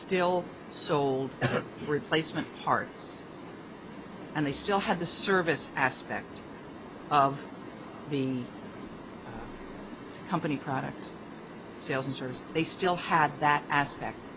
still sold replacement parts and they still have the service aspect of the company product sales and service they still had that aspect